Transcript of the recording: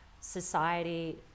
society